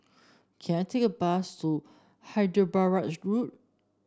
can I take a bus to Hyderabad Road